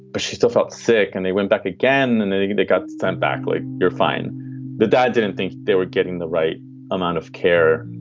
but she still felt sick and they went back again and then they got sent back like, you're fine the dad didn't think they were getting the right amount of care.